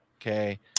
okay